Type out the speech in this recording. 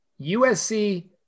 USC